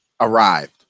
arrived